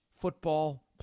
football